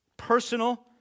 Personal